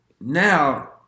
now